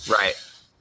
Right